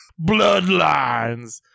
Bloodlines